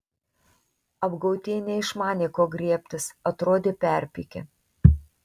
apgautieji neišmanė ko griebtis atrodė perpykę